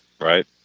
right